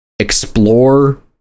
Explore